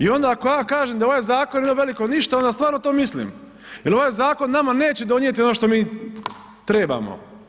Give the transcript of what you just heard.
I onda ako ja kažem da je ovaj zakon jedno veliko ništa onda stvarno to mislim jer ovaj zakon nama neće donijeti ono što mi trebamo.